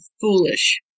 foolish